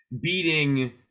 beating